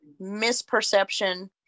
misperception